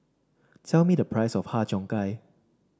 tell me the price of Har Cheong Gai